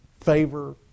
favor